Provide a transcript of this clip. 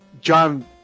John